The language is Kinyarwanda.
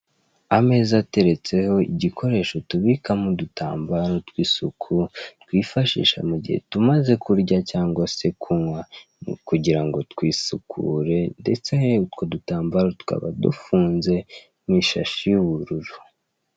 Ameza ateretseho igikoresho tubikamo udutambaro tw'isuku, twifahisha mu gihe tumaze kurya cyangwa se kunywa kugira ngo twisukure, ndetse utwo dutambaro tukaba dufunze mu ishashi y'ubururu.